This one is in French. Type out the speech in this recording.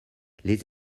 les